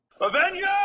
Avengers